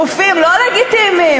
גופים לא לגיטימיים,